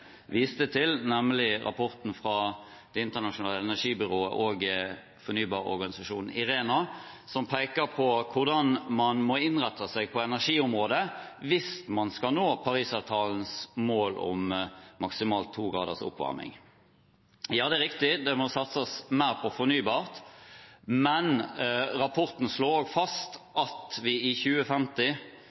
viste til, rapporten fra Det internasjonale energibyrået og fornybarorganisasjonen IRENA, som peker på hvordan man må innrette seg på energiområdet hvis man skal nå Paris-avtalens mål om maksimalt tograders oppvarming. Ja, det er riktig, det må satses mer på fornybart, men rapporten slår også fast at i 2050